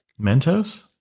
Mentos